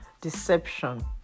deception